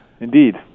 indeed